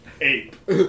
Ape